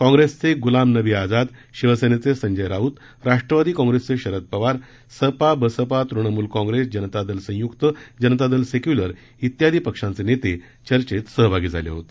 काँप्रेसचे गुलाम नबी आज्ञाद शिवसेनेचे संजय राऊत राष्ट्रवादी काँप्रेसचे शरद पवार सपा बसपा तृणमूल काँप्रेस जनतादल संयुक्त जनता दल सेक्युलर इत्यादी पक्षांचे नेते चर्चेत सहभागी झाले होते